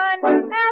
one